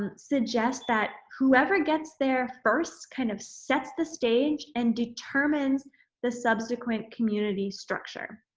suggests that whoever gets there first kind of sets the stage and determines the subsequent community structure.